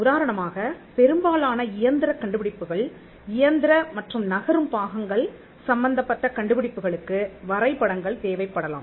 உதாரணமாக பெரும்பாலான இயந்திரக் கண்டுபிடிப்புகள் இயந்திர மற்றும் நகரும் பாகங்கள் சம்பந்தப்பட்ட கண்டுபிடிப்புகளுக்கு வரைபடங்கள் தேவைப்படலாம்